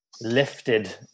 lifted